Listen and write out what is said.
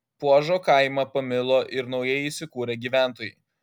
puožo kaimą pamilo ir naujai įsikūrę gyventojai